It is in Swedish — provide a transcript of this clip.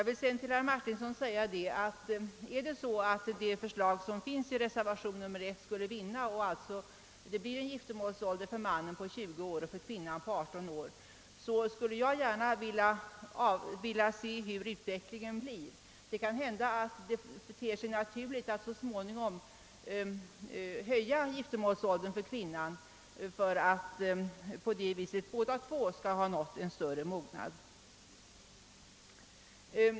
Till herr Martinsson vill jag säga att om förslaget i reservationen 1 skulle vinna och det blir en giftermålsålder för mannen på 20 år och för kvinnan på 18 år skulle jag gärna vilja se hur utvecklingen blir. Det kan hända att det så småningom ter sig naturligt att höja giftermålsåldern för kvinnan för att båda parter skall ha större mognad.